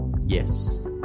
Yes